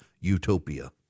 utopia